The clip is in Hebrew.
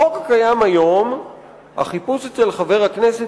בחוק הקיים היום החיפוש אצל חבר הכנסת